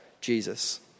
Jesus